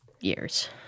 years